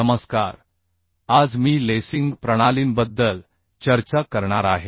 नमस्कार आज मी लेसिंग प्रणालींबद्दल चर्चा करणार आहे